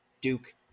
Duke